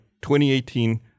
2018